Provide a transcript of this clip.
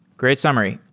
great summary.